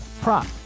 prop